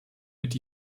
mit